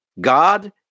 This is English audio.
God